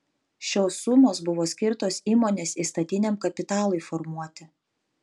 šios sumos buvo skirtos įmonės įstatiniam kapitalui formuoti